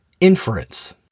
inference